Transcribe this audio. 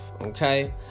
okay